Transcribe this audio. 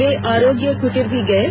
वे आरोग्य कृटीर भी गये